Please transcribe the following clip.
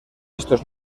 estos